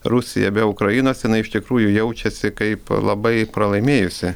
rusija be ukrainos jinai iš tikrųjų jaučiasi kaip labai pralaimėjusi